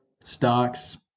stocks